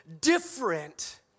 different